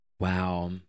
Wow